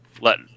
let